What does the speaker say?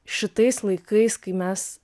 šitais laikais kai mes